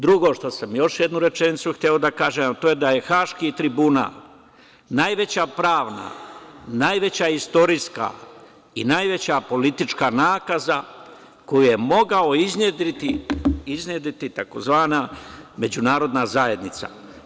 Drugo, još jednu rečenicu sam hteo da kažem, a to je da je Haški tribunal najveća pravna, najveća istorijska i najveća politička nakaza koju je mogala iznedriti tzv. međunarodna zajednica.